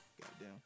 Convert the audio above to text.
goddamn